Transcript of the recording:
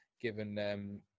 given